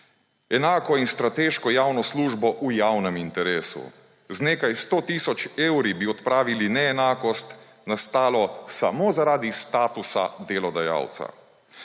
Enako in strateško javno službo v javnem interesu z nekaj sto tisoč evri bi odpravili neenakost, nastalo samo zaradi statusa delodajalca.